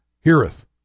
heareth